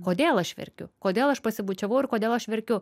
kodėl aš verkiu kodėl aš pasibučiavau ir kodėl aš verkiu